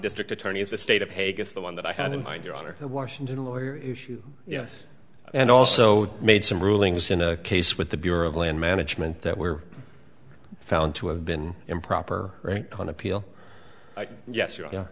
district attorney of the state of haggis the one that i had in mind your honor the washington lawyer issue yes and also made some rulings in a case with the bureau of land management that were found to have been improper right on appeal yes yeah